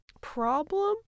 problem